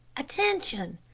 attention!